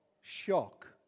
shock